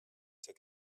took